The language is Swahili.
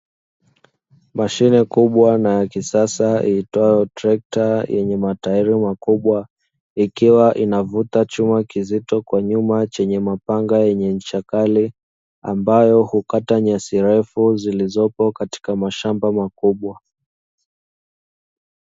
Mashine kubwa na ya kisasa iitwayo trekta yenye matairi makubwa ikiwa inavuta chuma kizito kwa nyuma chenye mapanga yenye ncha kali, ambayo hukata nyasi ndefu zilizopo katika mashamba makubwa.